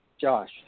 Josh